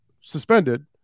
suspended